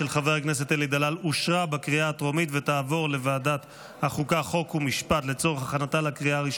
2024, לוועדה שתקבע ועדת הכנסת נתקבלה.